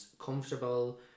comfortable